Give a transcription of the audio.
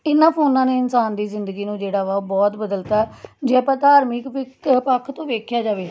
ਇਹਨਾਂ ਫੋਨਾਂ ਨੇ ਇਨਸਾਨ ਦੀ ਜ਼ਿੰਦਗੀ ਨੂੰ ਜਿਹੜਾ ਵਾ ਬਹੁਤ ਬਦਲਤਾ ਜੇ ਆਪਾਂ ਧਾਰਮਿਕ ਪਿਕ ਪੱਖ ਤੋਂ ਵੇਖਿਆ ਜਾਵੇ